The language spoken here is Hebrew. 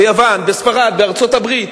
ביוון, בספרד ובארצות-הברית